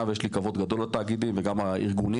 ויש לי כבוד גדול לתאגידים וגם הארגונים.